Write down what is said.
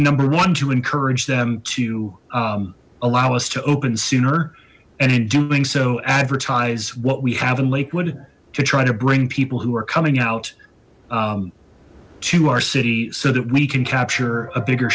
ber one to encourage them to allow us to open sooner and in doing so advertise what we have in lakewood to try to bring people who are coming out to our city so that we can capture a bigger